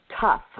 tough